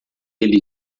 ele